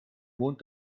mond